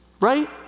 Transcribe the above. Right